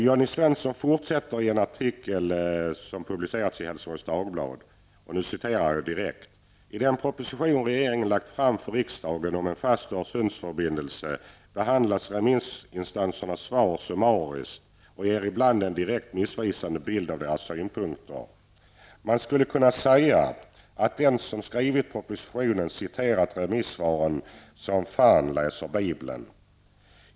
Jonny Svensson fortsätter i en artikel som har publicerats i Helsingborgs Dagblad: ''I den proposition regeringen lagt fram för riksdagen om en fast Öresundsförbindelse behandlas remissinstansernas svar summariskt och ger ibland en direkt missvisande bild av deras synpunkter. Man skulle kunna säga att de som skrivit propositionen citerat remissvaren som 'fan läser bibeln'''.